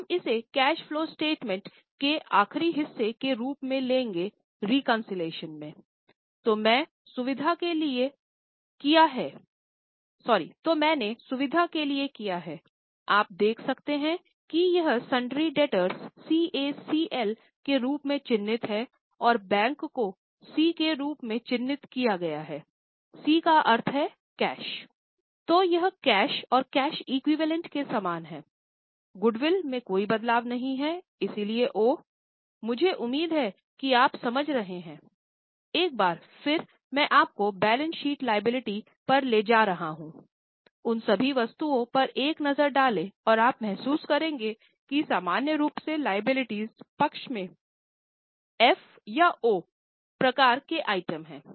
हम इसे cash flow statement के आखिरी हिस्से के रूप में लेंगे रेकन्सीलिएशन पक्ष में एफ या ओ प्रकार के आइटम हैं